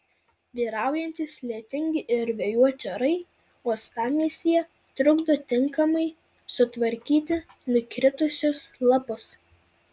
vyraujantys lietingi ir vėjuoti orai uostamiestyje trukdo tinkamai sutvarkyti nukritusius lapus